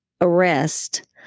arrest